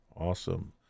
Awesome